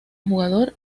jugador